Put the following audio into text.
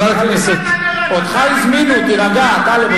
אותך הזמינו, תירגע, טלב.